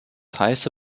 heiße